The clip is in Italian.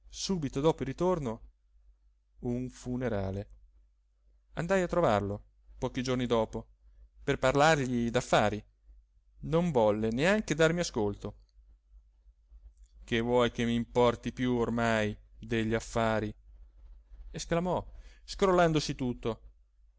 subito dopo il ritorno un funerale andai a trovarlo pochi giorni dopo per parlargli d'affari non volle neanche darmi ascolto che vuoi che m'importi più ormai degli affari esclamò scrollandosi tutto